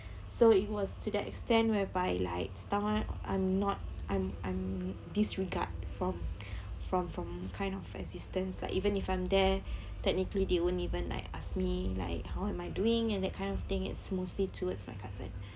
so it was to the extent whereby like someone I'm not I'm I'm disregard from from from kind of assistance like even if I'm there technically they won't even like ask me like how am I doing and that kind of thing it's mostly towards my cousin